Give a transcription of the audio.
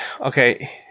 okay